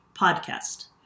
podcast